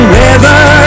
river